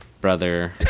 brother